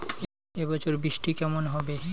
এবছর বৃষ্টি কেমন হবে?